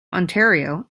ontario